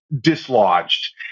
Dislodged